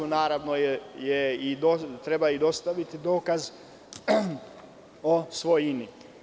Naravno treba i dostaviti dokaz o svojini.